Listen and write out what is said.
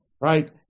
right